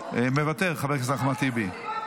מוותר חבר הכנסת אחמד טיבי.